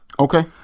Okay